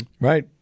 Right